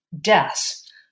deaths